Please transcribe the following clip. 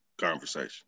conversation